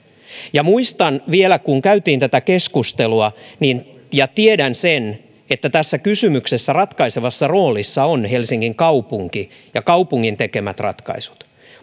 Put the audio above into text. muistan vielä kun käytiin tätä keskustelua ja tiedän sen että tässä kysymyksessä ratkaisevassa roolissa on helsingin kaupunki ja kaupungin tekemät ratkaisut